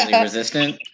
resistant